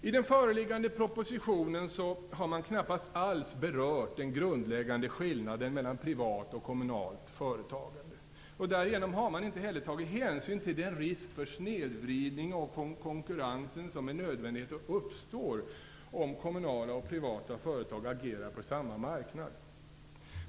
I den föreliggande propositionen har man knappast alls berört den grundläggande skillnaden mellan privat och kommunalt företagande. Därigenom har man inte heller tagit hänsyn till den risk för snedvridning av konkurrensen som med nödvändighet uppstår om privata och kommunala företag agerar på samma marknad.